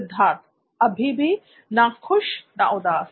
सिद्धार्थ अभी भी ना खुश ना उदास